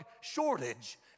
shortage